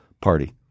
party